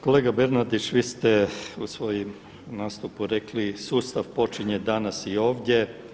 Kolega Bernardić, vi ste u svojem nastupu rekli: „Sustav počinje danas i ovdje.